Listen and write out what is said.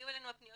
כשהן